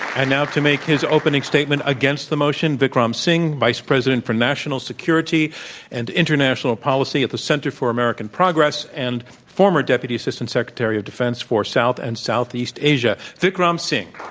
and now, to make his opening statement against the motion, vikram singh, vice president for national security and international policy at the center for american progress and former deputy assistant secretary of defense for south and southeast asia. vikram singh.